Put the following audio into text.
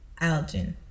Algin